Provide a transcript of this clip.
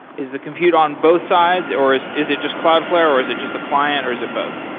is the compute on both sides, or is is it just cloudflare, or is it just the client, or is it both?